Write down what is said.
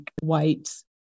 white